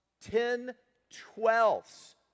ten-twelfths